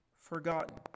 forgotten